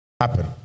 happen